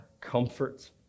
comfort